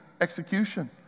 execution